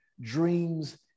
dreams